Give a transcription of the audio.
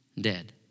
dead